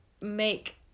make